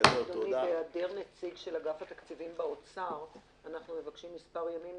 הצבעה בעד, 2 נגד, אין נמנעים,